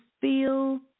feel